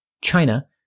China